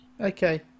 Okay